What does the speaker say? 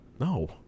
No